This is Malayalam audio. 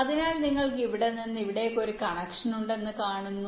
അതിനാൽ നിങ്ങൾക്ക് ഇവിടെ നിന്ന് ഇവിടേക്ക് ഒരു കണക്ഷൻ ഉണ്ടെന്ന് നിങ്ങൾ കാണുന്നു